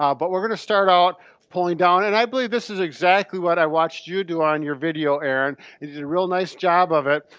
um but we're gonna start off pulling down and i believe this is exactly what i watched you do on your video, aaron you did a real nice job of it.